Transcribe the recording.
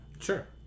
Sure